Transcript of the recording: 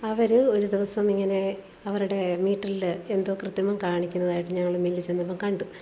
അവർ ഒരു ദിവസം ഇങ്ങനെ അവരുടെ മീറ്ററിൽ എന്തോ കൃതൃമം കാണിക്കുന്നതായിട്ട് ഞങ്ങൾ മില്ലിൽ ചെന്നപ്പോൾ കണ്ട്